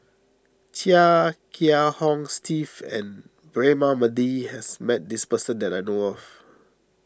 Chia Kiah Hong Steve and Braema Mathi has met this person that I know of